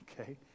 okay